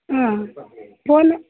ಹ್ಞೂ ಪೋನು